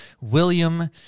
William